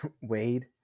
Wade